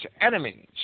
enemies